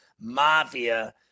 Mafia